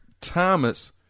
Thomas